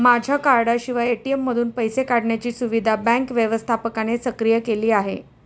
माझ्या कार्डाशिवाय ए.टी.एम मधून पैसे काढण्याची सुविधा बँक व्यवस्थापकाने सक्रिय केली आहे